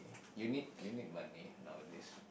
you need you need money nowadays